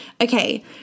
okay